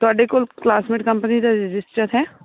ਤੁਹਾਡੇ ਕੋਲ Classmate company ਦਾ ਰਜਿਸਟਰ ਹੈ